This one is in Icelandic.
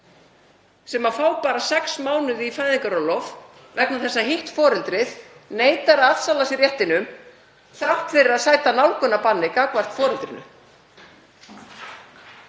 sem fá bara sex mánuði í fæðingarorlof vegna þess að hitt foreldrið neitar að afsala sér réttinum þrátt fyrir að sæta nálgunarbanni gagnvart foreldrinu.